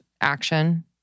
action